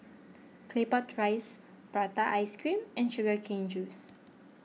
Claypot Rice Prata Ice Cream and Sugar Cane Juice